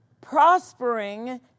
prospering